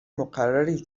مقرری